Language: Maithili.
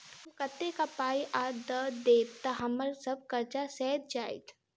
हम कतेक पाई आ दऽ देब तऽ हम्मर सब कर्जा सैध जाइत?